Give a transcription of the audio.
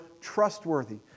trustworthy